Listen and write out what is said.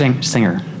Singer